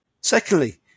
Secondly